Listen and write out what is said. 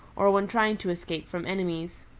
or when trying to escape from enemies.